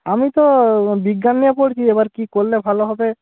আমি তো বিজ্ঞান নিয়ে পড়ছি এবার কী করলে ভালো হবে